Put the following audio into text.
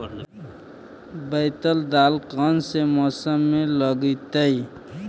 बैतल दाल कौन से मौसम में लगतैई?